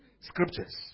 Scriptures